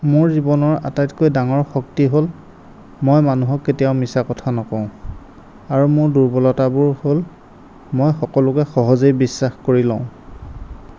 মোৰ জীৱনৰ আটাইতকৈ ডাঙৰ শক্তি হ'ল মই মানুহক কেতিয়াও মিছা কথা নকওঁ আৰু মোৰ দূৰ্বলতাবোৰ হ'ল মই সকলোকে সহজেই বিশ্বাস কৰি লওঁ